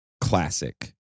classic